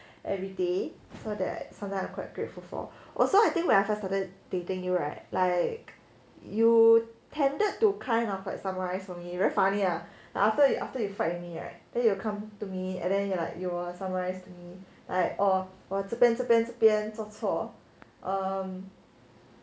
everyday so that sometimes I quite grateful for also I think when I first for the dating you right like you tended to kind of like summarize for me very funny ah then after you after you fight me right then you will come to me and then you like you were summarized me like oh 我这边这边这边做错 um